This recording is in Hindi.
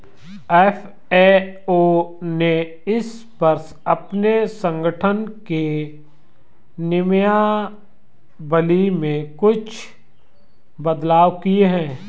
एफ.ए.ओ ने इस वर्ष अपने संगठन के नियमावली में कुछ बदलाव किए हैं